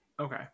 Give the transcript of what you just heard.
okay